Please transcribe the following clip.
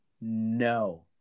No